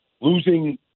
losing